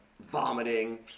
vomiting